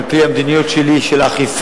זאת על-פי מדיניות שלי לאכיפה,